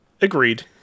Agreed